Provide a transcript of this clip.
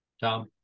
Tom